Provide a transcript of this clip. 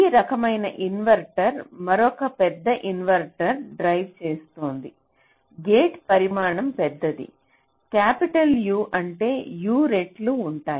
ఈ రకమైన ఇన్వర్టర్ మరొక పెద్ద ఇన్వర్టర్ డ్రైవ్ చేస్తోంది గేట్ పరిమాణం పెద్దది క్యాపిటల్ U అంటే U రెట్లు ఉంటాయి